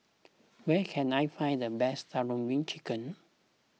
where can I find the best Tandoori Chicken